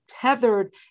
tethered